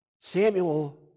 Samuel